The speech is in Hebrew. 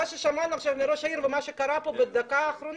מה ששמענו עכשיו מראש העיר ומה שקרה כאן בדקה האחרונה,